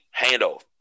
handoff